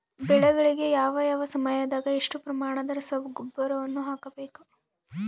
ಬೆಳೆಗಳಿಗೆ ಯಾವ ಯಾವ ಸಮಯದಾಗ ಎಷ್ಟು ಪ್ರಮಾಣದ ರಸಗೊಬ್ಬರವನ್ನು ಹಾಕಬೇಕು?